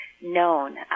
known